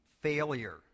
failure